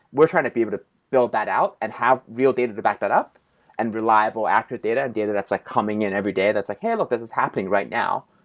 we're trying to be able to build that out and have real data to back that up and reliable accurate data and data that's like coming in everyday, that's like, hey, look. this is happening right now,